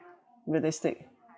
realistic